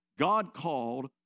God-called